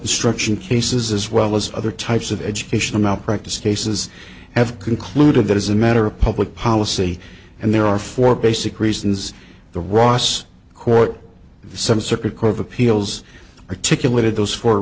instruction cases as well as other types of educational malpractise cases have concluded that is a matter of public policy and there are four basic reasons the ross court some circuit court of appeals articulated those fo